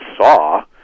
saw